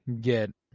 get